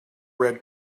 red